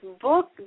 book